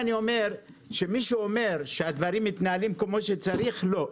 מי שאומר שהדברים מתנהלים כפי שצריך לא.